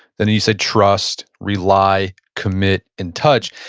then you said trust, rely, commit and touch.